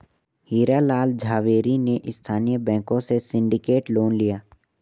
हीरा लाल झावेरी ने स्थानीय बैंकों से सिंडिकेट लोन लिया